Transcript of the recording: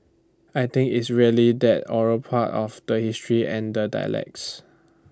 I think it's really that oral part of the history and the dialects